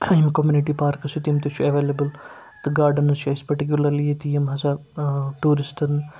یِم کومنِٹی پارکہٕ چھِ تِم تہِ چھُ ایولیبٕل تہٕ گاڈنٕز چھِ اَسہِ پٔٹِکیوٗلَرلی ییٚتہِ یِم ہَسا ٹوٗرِسٹَن